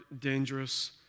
dangerous